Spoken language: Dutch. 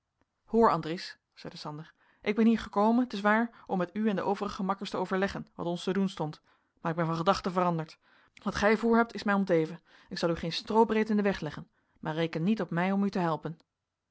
hoor andries zeide sander ik ben hier gekomen t is waar om met u en de overige makkers te overleggen wat ons te doen stond maar ik ben van gedachten veranderd wat gij voorhebt is mij om t even ik zal u geen stroobreed in den weg leggen maar reken niet op mij om u te helpen